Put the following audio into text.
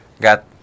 got